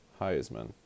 Heisman